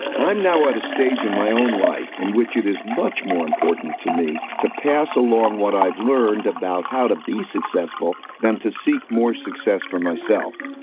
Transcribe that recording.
i'm now at a stage in my own life in which it is much more important to me to pass along what i've learned about how to be successful than to seek more success for myself.